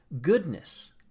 goodness